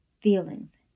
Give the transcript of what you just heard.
feelings